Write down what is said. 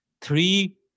Three